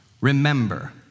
remember